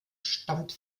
stammt